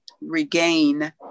regain